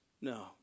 No